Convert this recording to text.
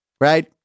right